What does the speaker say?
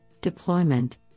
deployment